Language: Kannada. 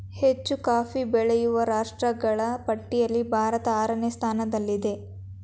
ಹೆಚ್ಚು ಕಾಫಿ ಬೆಳೆಯುವ ರಾಷ್ಟ್ರಗಳ ಪಟ್ಟಿಯಲ್ಲಿ ಭಾರತ ಆರನೇ ಸ್ಥಾನದಲ್ಲಿದೆ